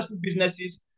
businesses